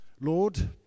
Lord